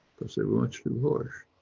because they much too harsh.